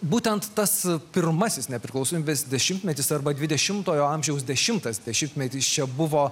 būtent tas pirmasis nepriklausomybės dešimtmetis arba dvidešimtojo amžiaus dešimtas dešimtmetis čia buvo